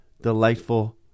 delightful